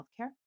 healthcare